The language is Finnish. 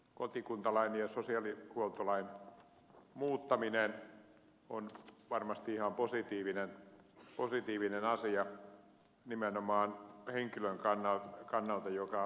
kotikuntalain ja sosiaalihuoltolain muuttaminen on varmasti ihan positiivinen asia nimenomaan sellaisen henkilön kannalta joka on muuttohalukas